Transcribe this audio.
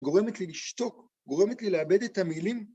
גורמת לי לשתוק, גורמת לי לאבד את המילים.